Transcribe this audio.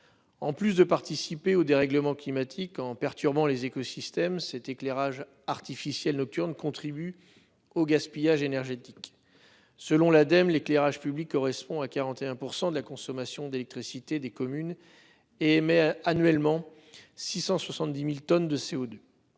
En plus de participer au dérèglement climatique en perturbant les écosystèmes cet éclairage artificiel nocturne contribue au gaspillage énergétique. Selon l'Ademe l'éclairage public correspond à 41% de la consommation d'électricité des communes. Et émet annuellement 670.000 tonnes de CO2.